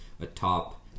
atop